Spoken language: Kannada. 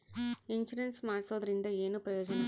ಇನ್ಸುರೆನ್ಸ್ ಮಾಡ್ಸೋದರಿಂದ ಏನು ಪ್ರಯೋಜನ?